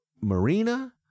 Marina